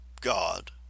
God